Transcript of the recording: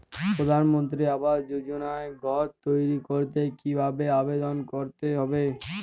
প্রধানমন্ত্রী আবাস যোজনায় ঘর তৈরি করতে কিভাবে আবেদন করতে হবে?